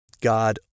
God